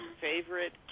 favorite